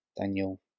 Daniel